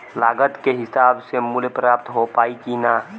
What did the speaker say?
लागत के हिसाब से मूल्य प्राप्त हो पायी की ना?